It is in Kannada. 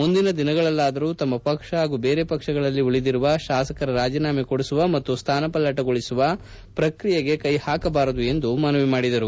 ಮುಂದಿನ ದಿನಗಳಲ್ಲಾದರೂ ತಮ್ಮ ಪಕ್ಷ ಹಾಗೂ ಬೇರೆ ಪಕ್ಷಗಳಲ್ಲಿ ಉಳಿದಿರುವ ಶಾಸಕರ ರಾಜೀನಾಮ ಕೊಡಿಸುವ ಮತ್ತು ಸ್ಟಾನಪಲ್ಲಟಗೊಳಿಸುವ ಪ್ರಕ್ರಿಯೆಗೆ ಕೈ ಹಾಕಬಾರದು ಎಂದು ಮನವಿ ಮಾಡಿದರು